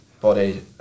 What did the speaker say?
body